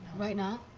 right now?